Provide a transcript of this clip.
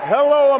Hello